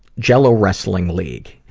jell-o wrestling league.